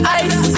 ice